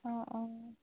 অঁ অঁ